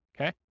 okay